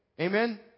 Amen